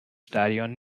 stadion